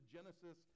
Genesis